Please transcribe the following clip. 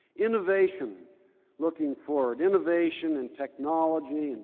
innovation looking forward, innovation in technology,